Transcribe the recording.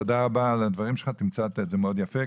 תודה רבה על הדברים שלך, תמצת את זה מאוד יפה.